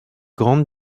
grande